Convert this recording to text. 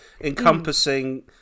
encompassing